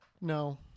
No